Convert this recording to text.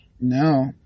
No